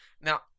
now